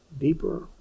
deeper